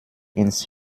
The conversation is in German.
ins